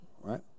Right